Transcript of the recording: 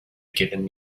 given